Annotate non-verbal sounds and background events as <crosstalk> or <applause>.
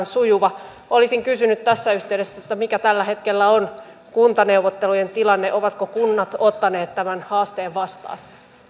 <unintelligible> sujuva olisin kysynyt tässä yhteydessä mikä tällä hetkellä on kuntaneuvottelujen tilanne ovatko kunnat ottaneet tämän haasteen vastaan